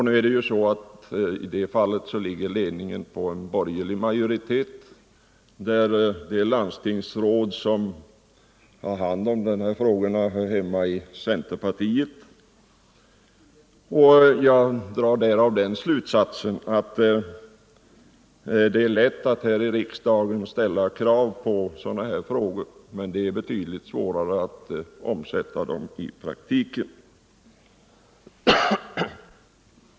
Nu är det ju så att i det — kvinnor, m.m. fallet ligger ledningen hos en borgerlig majoritet, och det landstingsråd som har hand om dessa frågor hör hemma i centerpartiet. Jag drar därav den slutsatsen att det är lätt att här i riksdagen ställa krav när det gäller sådana här frågor, men det är betydligt svårare att omsätta det hela i praktiken.